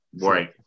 Right